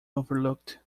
overlooked